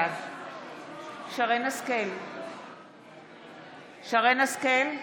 בעד שרן מרים השכל,